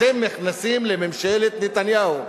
אלא אתם נכנסים לממשלת נתניהו.